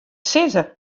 sizze